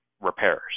repairs